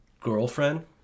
girlfriend